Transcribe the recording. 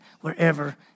wherever